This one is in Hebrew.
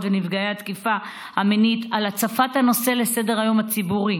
לנפגעות ונפגעי התקיפה המינית על הצפת הנושא בסדר-היום הציבורי